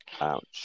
Ouch